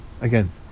Again